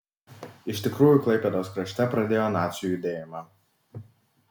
iš tikrųjų klaipėdos krašte pradėjo nacių judėjimą